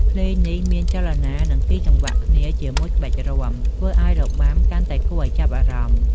ភ្លេងនេះមានចលនា និង សុីចង្វាក់គ្នាជាមួយក្បាច់រាំ ធ្វើឲ្យរបាំកាន់តែគួរឲ្យចាប់អារម្មណ៌។